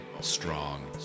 strong